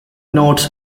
notes